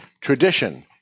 tradition